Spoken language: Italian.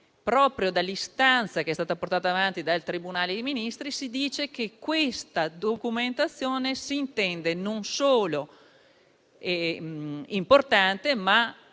Proprio nell'istanza che è stata portata avanti dal Tribunale dei Ministri si dice che questa documentazione si intende non solo importante, ma